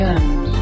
end